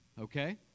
okay